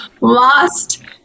lost